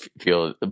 feel